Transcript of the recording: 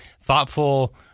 thoughtful